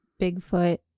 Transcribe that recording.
Bigfoot